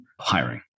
hiring